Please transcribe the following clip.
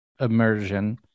immersion